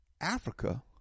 Africa